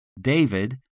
David